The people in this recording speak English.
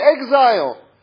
exile